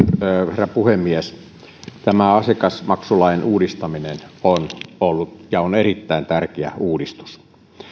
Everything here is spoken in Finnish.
herra puhemies tämä asiakasmaksulain uudistaminen on ollut ja on erittäin tärkeä uudistus